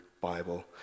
Bible